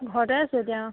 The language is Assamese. ঘৰতে আছে এতিয়া অঁ